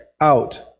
out